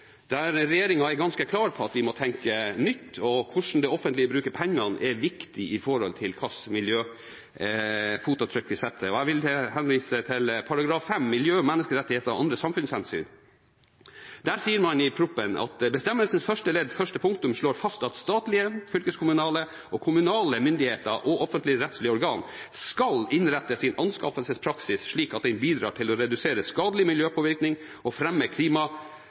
der regjeringen er ganske klar på at vi må tenke nytt. Og hvordan det offentlige bruker pengene, er viktig for hvilke miljøfotavtrykk vi setter. Jeg vil henvise til § 5, Miljø, menneskerettigheter og andre samfunnshensyn. Der sies det i proposisjonen: «Bestemmelsens første ledd første punktum slår fast at statlige, fylkeskommunale og kommunale myndigheter og offentligrettslige organer skal innrette sin anskaffelsespraksis slik at den bidrar til å redusere skadelig miljøpåvirkning og fremme